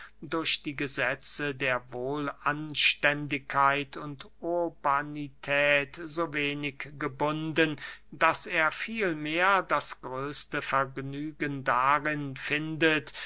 durch die gesetze der wohlanständigkeit und urbanität so wenig gebunden daß er vielmehr das größte vergnügen darin findet